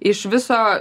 iš viso